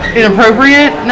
inappropriate